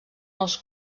els